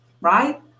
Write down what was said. right